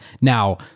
Now